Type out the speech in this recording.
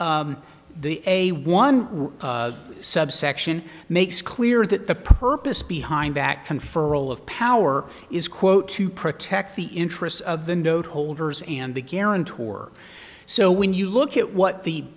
the a one subsection makes clear that the purpose behind act conferral of power is quote to protect the interests of the note holders and the guarantor so when you look at what the